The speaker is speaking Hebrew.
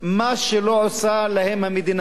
מה לא עושה להם המדינה,